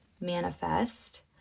manifest